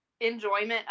enjoyment